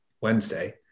Wednesday